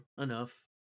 enough